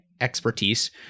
expertise